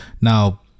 Now